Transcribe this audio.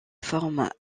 formes